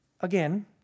again